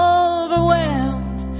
overwhelmed